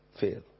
Fail